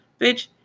Bitch